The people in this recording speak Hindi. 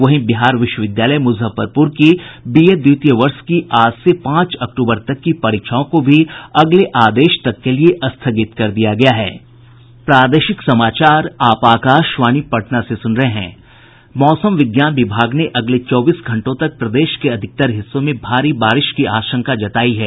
वहीं बिहार विश्वविद्यालय मुजफ्फरपुर की बीए द्वितीय वर्ष की आज से पांच अक्तूबर तक की परीक्षाओं को भी अगले आदेश तक के लिए स्थगित कर दिया गया हैं मौसम विज्ञान विभाग ने अगले चौबीस घंटे तक प्रदेश के अधिकांश हिस्सों में भारी बारिश की आशंका जताई है